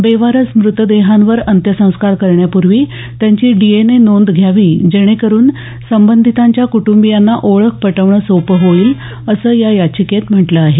बेवारस मृतदेहांवर अंत्यसंस्कार करण्यापूर्वी त्यांची डीएनए नोंद घ्यावी जेणेकरून संबंधितांच्या कुटुंबीयांना ओळख पटवणं सोपं होईल असं या याचिकेत म्हटलं आहे